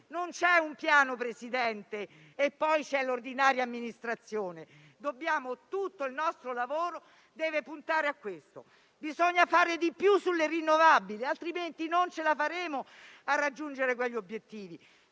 Non c'è un Piano e poi l'ordinaria amministrazione, Presidente. Tutto il nostro lavoro deve puntare a questo scopo. Bisogna fare di più sulle rinnovabili altrimenti non ce la faremo a raggiungere quegli obiettivi.